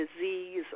disease